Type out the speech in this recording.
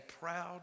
proud